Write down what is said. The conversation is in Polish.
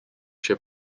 się